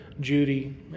Judy